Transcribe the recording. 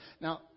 Now